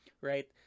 right